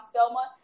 Selma